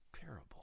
parable